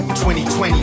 2020